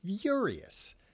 furious